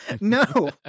no